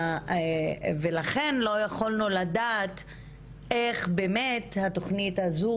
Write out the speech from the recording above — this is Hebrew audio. ולכן לא יכולנו לדעת איך התוכנית הזאת